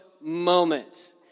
moment